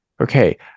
Okay